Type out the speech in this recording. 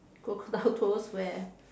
crocodile tours where